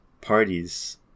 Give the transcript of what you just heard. parties